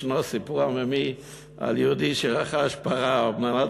ישנו סיפור עממי על יהודי שרכש פרה על מנת